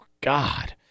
God